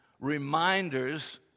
reminders